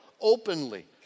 openly